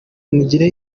mugire